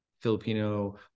Filipino